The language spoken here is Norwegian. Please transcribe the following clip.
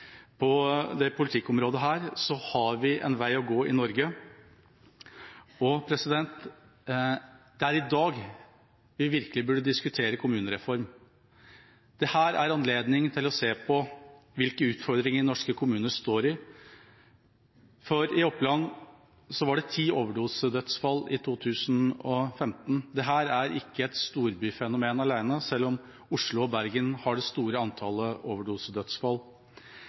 har vi en vei å gå i Norge, og det er i dag vi virkelig burde diskutere kommunereform. Dette er anledningen til å se på hvilke utfordringer norske kommuner står overfor. I Oppland var det ti overdosedødsfall i 2015 – dette er ikke et storbyfenomen alene, selv om Oslo og Bergen har det store antallet overdosedødsfall.